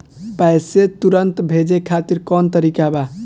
पैसे तुरंत भेजे खातिर कौन तरीका बा?